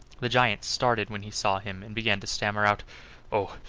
the giant started when he saw him, and began to stammer out oh!